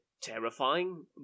terrifying